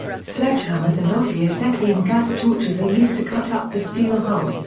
sledgehammers and oxy-acetylene gas-torches are used to cut up the steel hull.